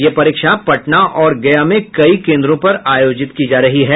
यह परीक्षा पटना और गया में कई केंद्रों पर आयोजित की जा रही है